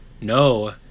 no